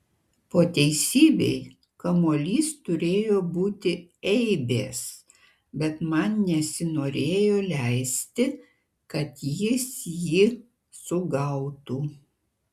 po teisybei kamuolys turėjo būti eibės bet man nesinorėjo leisti kad jis jį sugautų